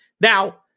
Now